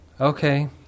Okay